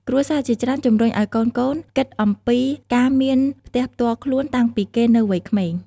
គ្រួសារជាច្រើនជម្រុញឱ្យកូនៗគីតអំពីការមានផ្ទះផ្ទាល់ខ្លួនតាំងពីគេនៅវ័យក្មេង។